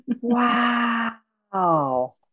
Wow